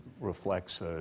reflects